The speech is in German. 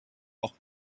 auch